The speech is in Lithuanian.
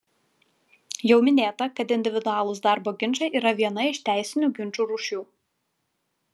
jau minėta kad individualūs darbo ginčai yra viena iš teisinių ginčų rūšių